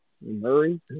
Murray